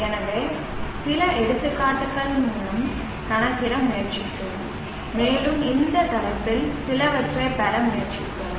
எனவே சில எடுத்துக்காட்டுகள் மூலம் கணக்கிட முயற்சிப்போம் மேலும் இந்த தலைப்பில் சிலவற்றைப் பெற முயற்சிப்போம்